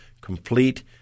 complete